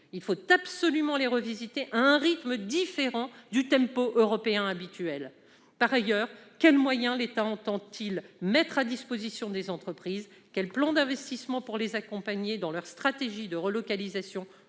Il faut absolument les réviser, à un rythme différent du européen habituel. Par ailleurs, quels moyens l'État entend-il mettre à disposition des entreprises ? Quel plan d'investissement prévoit-il pour les accompagner dans la mise en oeuvre de leur stratégie de relocalisation